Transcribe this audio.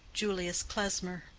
julius klesmer.